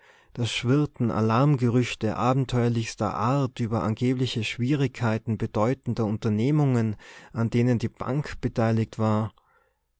da schwirrten alarmgerüchte abenteuerlichster art über angebliche schwierigkeiten bedeutender unternehmungen an denen die bank beteiligt war